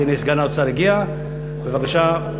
בבקשה,